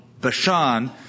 Bashan